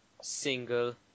single